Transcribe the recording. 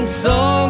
song